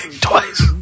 twice